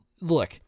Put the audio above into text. look